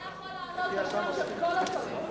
אתה יכול לענות בשמם של כל השרים.